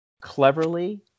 cleverly